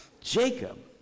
Jacob